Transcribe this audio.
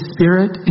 Spirit